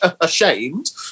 ashamed